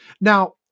now